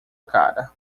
cara